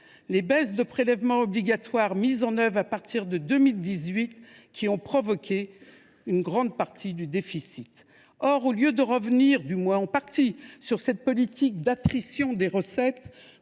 les « baisses de prélèvements obligatoires mises en œuvre à partir de 2018 » qui ont provoqué une grande partie du déficit. Or, au lieu de revenir, du moins en partie, sur cette politique d’attrition des recettes